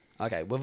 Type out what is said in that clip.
Okay